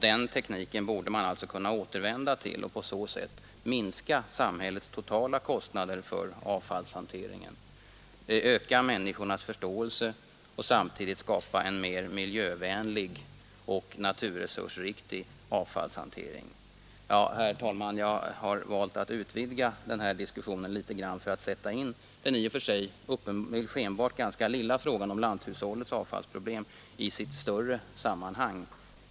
Den tekniken borde man alltså kunna återvända till och på så sätt minska samhällets totala kostnader för avfallshanteringen, öka människornas förståelse och samtidigt skapa en mer miljövänlig naturresursriktig avfallshantering. Herr talman! Jag har valt att utvidga den här diskussionen litet grand för att sätta in den i och för sig skenbart ganska lilla frågan om lanthushållets avfallsproblem i sitt större sammanhang.